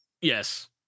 Yes